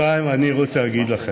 2. אני רוצה להגיד לכם,